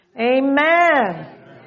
Amen